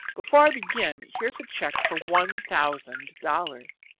before i begin here's a cheque for one thousand dollars.